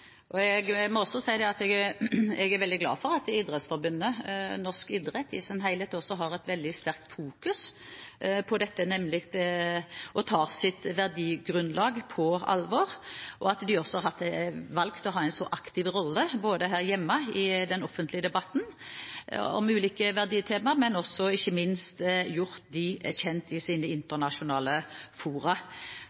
Jeg må også si at jeg er veldig glad for at Idrettsforbundet og norsk idrett i sin helhet også fokuserer veldig sterkt på dette og tar sitt verdigrunnlag på alvor, og at de også har valgt å ha en så aktiv rolle, ikke bare her hjemme i den offentlige debatten om ulike verditemaer, men også ikke minst gjort dem kjent i sine